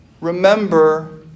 Remember